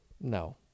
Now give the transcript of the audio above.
No